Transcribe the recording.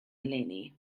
eleni